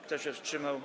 Kto się wstrzymał?